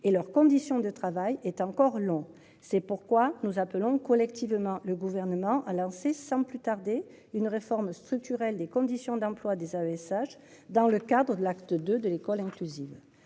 Et leurs conditions de travail est encore long. C'est pourquoi nous appelons collectivement le gouvernement a lancé sans plus tarder une réforme structurelle des conditions d'emploi des ASH dans le cadre de l'acte de de l'école inclusive